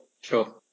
Sure